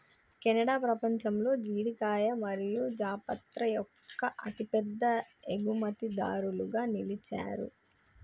Canada పపంచంలో జీడికాయ మరియు జాపత్రి యొక్క అతిపెద్ద ఎగుమతిదారులుగా నిలిచారు